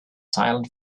silent